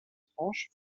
tranches